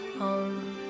home